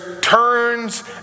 turns